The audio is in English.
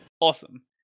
Awesome